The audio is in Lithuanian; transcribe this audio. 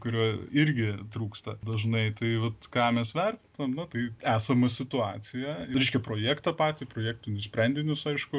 kurio irgi trūksta dažnai tai vat ką mes vertinam nu tai esamą situaciją reiškia projektą patį projektinius sprendinius aišku